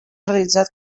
realitzat